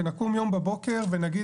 שנקום יום בבוקר ונגיד,